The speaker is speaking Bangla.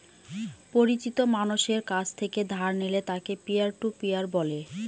পরিচিত মানষের কাছ থেকে ধার নিলে তাকে পিয়ার টু পিয়ার বলে